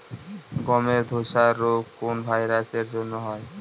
গমের ধসা রোগ কোন ভাইরাস এর জন্য হয়?